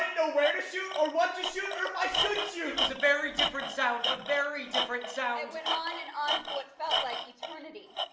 where to shoot or what to shoot or if i should shoot. it was a very different sound. a very different sound. it went on and on for what felt like eternity.